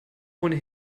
ohne